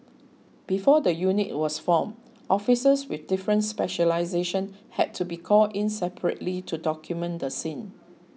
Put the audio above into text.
before the unit was formed officers with different specialisations had to be called in separately to document the scene